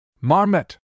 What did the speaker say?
Marmot